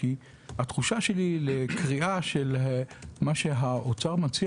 כי התחושה שלי לקריאה של מה שהאוצר מציע